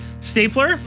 stapler